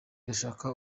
irashaka